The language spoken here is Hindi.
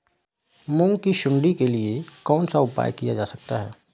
मूंग की सुंडी के लिए कौन सा उपाय किया जा सकता है?